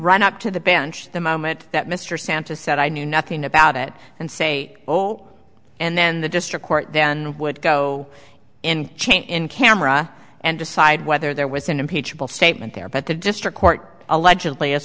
run up to the bench the moment that mr santa said i knew nothing about it and say oh and then the district court then would go in chain in camera and decide whether there was an impeachable statement there but the district court allegedly as